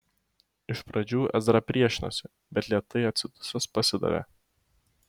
iš pradžių ezra priešinosi bet lėtai atsidusęs pasidavė